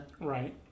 Right